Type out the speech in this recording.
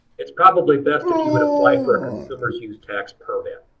it's probably best if you would apply for a consumer's use tax permit.